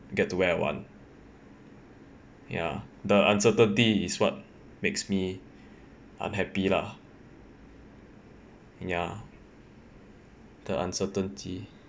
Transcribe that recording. get to where I want ya the uncertainty is what makes me unhappy lah ya the uncertainty